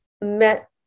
met